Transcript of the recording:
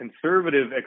conservative